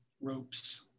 ropes